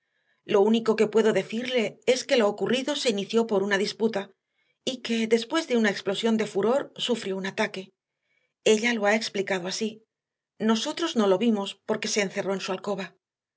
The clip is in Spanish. lo único que puedo decirle es que lo ocurrido se inició por una disputa y que después de una explosión de furor sufrió un ataque ella lo ha explicado así nosotros no lo vimos porque se encerró en su alcoba